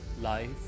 life